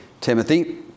Timothy